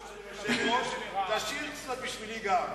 אדוני היושב-ראש, להשאיר קצת גם בשבילי.